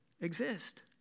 exist